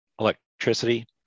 electricity